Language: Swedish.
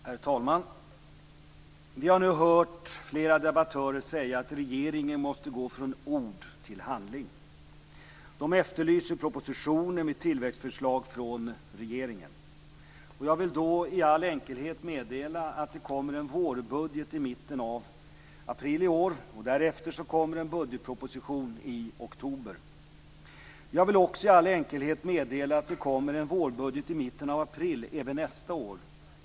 Herr talman! Vi har nu hört flera debattörer säga att regeringen måste gå från ord till handling. De efterlyser propositioner med tillväxtförslag från regeringen. Jag vill då i all enkelhet meddela att det kommer en vårbudget i mitten av april i år. Därefter kommer en budgetproposition i oktober. Jag vill också i all enkelhet meddela att det kommer en vårbudget i mitten av april även nästa år.